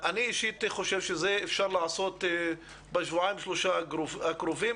אישית אני חושב שאפשר לעשות את זה בשבועיים-שלושה הקרובים,